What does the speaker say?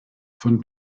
von